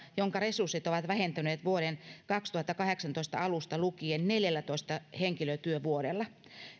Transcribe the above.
jonka resurssit ovat vähentyneet vuoden kaksituhattakahdeksantoista alusta lukien neljällätoista henkilötyövuodella